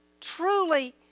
truly